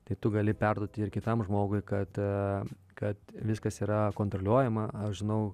tai tu gali perduoti ir kitam žmogui kad kad viskas yra kontroliuojama aš žinau